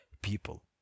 people